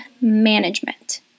management